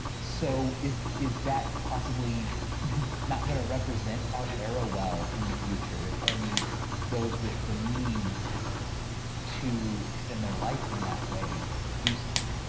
so is is that possibly not gonna represent our arrow well in the future, if only those with the means to extend their life in that way, do so.